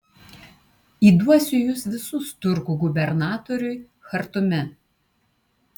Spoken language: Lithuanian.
įduosiu jus visus turkų gubernatoriui chartume